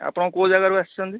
ଆପଣ କୋଉ ଜାଗାରୁ ଆସିଛନ୍ତି